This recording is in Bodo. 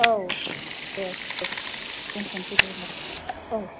औ दे दे दोनथ'नोसै दे होनबा औ